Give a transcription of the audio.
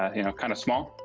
ah you know. kind of small.